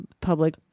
public